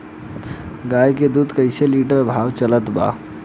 गाय के दूध कइसे लिटर भाव चलत बा?